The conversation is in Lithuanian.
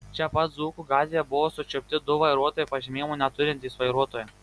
čia pat dzūkų gatvėje buvo sučiupti du vairuotojo pažymėjimo neturintys vairuotojai